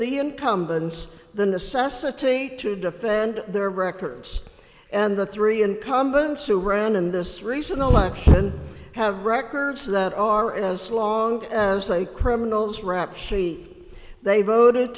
the incumbents the necessity to defend their records and the three incumbents who ran in this recent election have records that are as long as they criminals rap sheet they voted